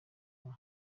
kwa